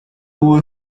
ubu